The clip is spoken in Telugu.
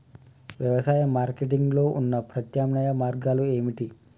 వ్యవసాయ మార్కెటింగ్ లో ఉన్న ప్రత్యామ్నాయ మార్గాలు ఏమిటి?